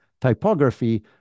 typography